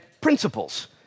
principles